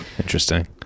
Interesting